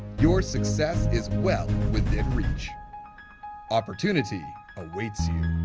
your success is well within reach opportunity awaits you